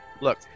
look